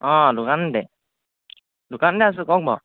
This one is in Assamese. অঁ দোকানতে দোকানতে আছোঁ কওক বাৰু